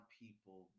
people